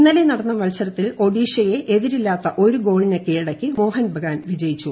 ഇന്നലെ നടന്ന മത്സരത്തിൽ ഒഡീഷയെ എതിരില്ലാ്ത്ത് ഒരു ഗോളിന് കീഴടക്കി മോഹൻ ബഗാൻ വിജയിച്ചു